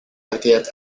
actividad